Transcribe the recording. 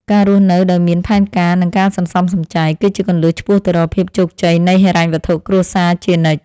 ការរស់នៅដោយមានផែនការនិងការសន្សំសំចៃ គឺជាគន្លឹះឆ្ពោះទៅរកភាពជោគជ័យនៃហិរញ្ញវត្ថុគ្រួសារជានិច្ច។